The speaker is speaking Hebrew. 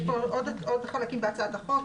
יש פה עוד חלקים בהצעת החוק.